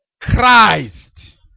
Christ